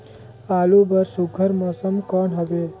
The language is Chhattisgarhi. आलू बर सुघ्घर मौसम कौन हवे?